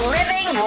living